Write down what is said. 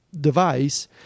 device